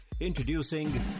Introducing